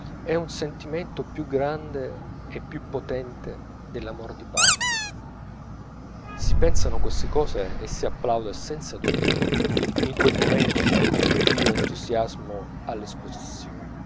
e un sentimento più grande e più potente dell'amor di patria si pensano queste cose e si applaude senza dubbio in quei momenti con più vivo entusiasmo all'esposizione